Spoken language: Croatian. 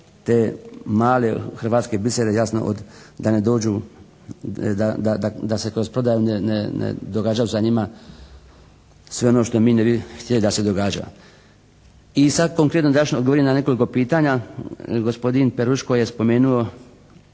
te male hrvatske bisere jasno da ne dođu, da se kroz prodaju ne događaju za njima sve ono što mi ne bi htjeli da se događa. I sad konkretno ja ću odgovoriti na nekoliko pitanja. Gospodin Peruško je spomenuo